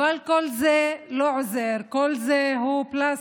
אבל כל זה לא עוזר, כל זה הוא פלסטר.